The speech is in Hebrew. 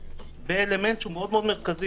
זה אלמנט מאוד מרכזי.